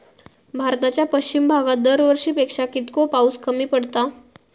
भारताच्या पश्चिम भागात दरवर्षी पेक्षा कीतको पाऊस कमी पडता?